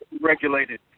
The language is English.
Regulated